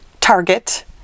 target